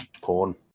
Porn